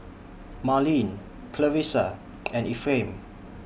Marlene Clarisa and Ephraim